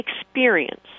experience